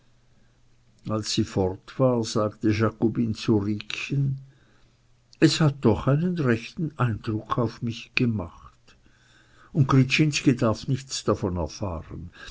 als sie fort war sagte jakobine zu riekchen es hat doch einen rechten eindruck auf mich gemacht und gryczinski darf gar nichts davon erfahren